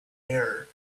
error